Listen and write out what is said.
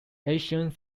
ancient